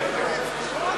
החוק.